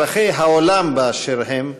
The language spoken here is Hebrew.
אזרחי העולם באשר הם,